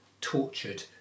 tortured